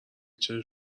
چشم